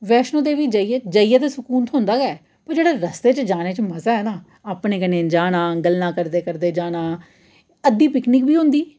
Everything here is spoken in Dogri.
वैश्नो देवी जेइयै जेइयै ते सकून थ्होंदा गै ऐ पर जेह्ड़ा रस्ते च जाने च मजा ऐ न अपने कन्नै जाना गल्लां करदे करदे जाना अद्धी पिकनिक बी होंदी